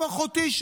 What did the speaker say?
גם אחותי,